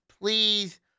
please